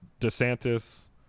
DeSantis